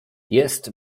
jest